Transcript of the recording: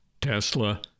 Tesla